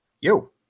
yo